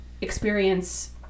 experience